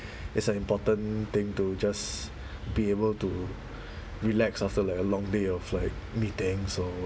it's an important thing to just be able to relax after like a long day of like meetings or